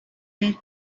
way